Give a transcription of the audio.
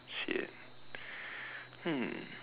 sian hmm